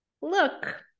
look